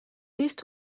least